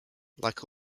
like